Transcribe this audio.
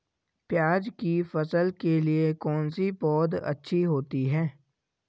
प्याज़ की फसल के लिए कौनसी पौद अच्छी होती है?